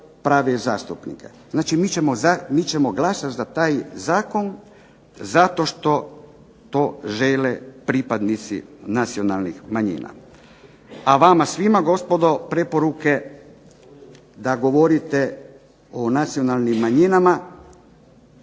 Znači, mi ćemo glasati za taj zakon zato što to žele pripadnici nacionalnih manjina. A vama svima gospodo preporuke da govorite o nacionalnim manjinama